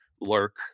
lurk